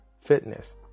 fitness